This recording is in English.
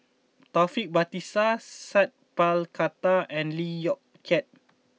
Taufik Batisah Sat Pal Khattar and Lee Yong Kiat